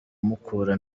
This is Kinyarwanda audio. mukura